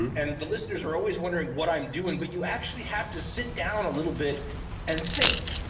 and the listeners are always wondering what i'm doing. but you actually have to sit down a little bit and think.